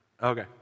Okay